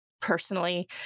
personally